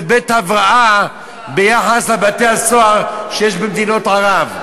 בית-הבראה ביחס לבתי-הסוהר שיש במדינות ערב.